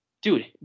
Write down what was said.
Dude